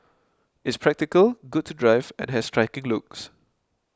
it's practical good to drive and has striking looks